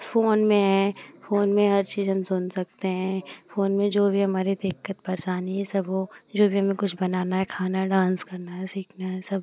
phone में है phone में हर चीज़ हम सुन सकते हैं फ़ोन में जो भी हमारे दिक्कत परेशानी यह सब हो जो भी हमें कुछ बनाना है खाना डान्स करना है सीखना है सब